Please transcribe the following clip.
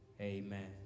Amen